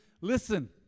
listen